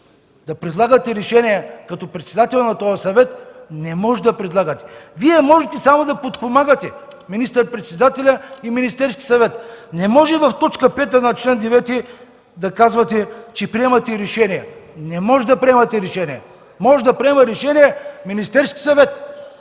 да предлагате решения като председател на този съвет, не може да предлагате. Вие можете само да подпомагате министър-председателя и Министерския съвет. Не може в т. 5 на чл. 9 да казвате, че приемате решения. Не може да приемате решения! Може да приема решения Министерският съвет.